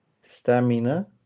Stamina